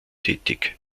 tätig